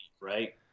right